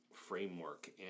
framework